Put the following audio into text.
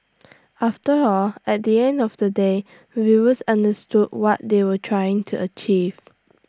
after all at the end of the day viewers understood what they were trying to achieve